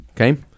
Okay